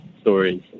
stories